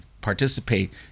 participate